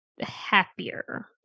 happier